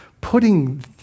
putting